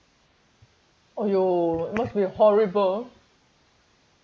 !aiyo! must be horrible